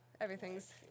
everything's